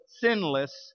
sinless